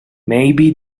maybe